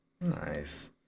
nice